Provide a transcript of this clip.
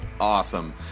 awesome